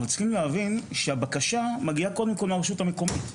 אבל צריך להבין שהבקשה מגיעה קודם כל מהרשות המקומית.